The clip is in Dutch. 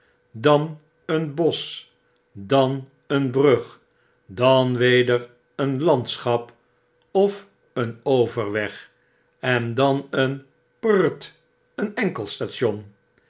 dan een bosch dan een brug dan weder een landschap of een overweg dan een r t t een enkel station